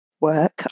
Work